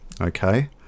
Okay